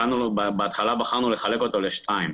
בהתחלה בחרנו לחלק אותו לשניים,